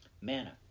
Manna